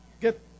get